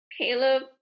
Caleb